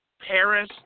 Paris